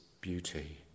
beauty